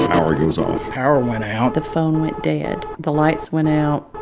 power goes off power went out the phone went dead. the lights went out.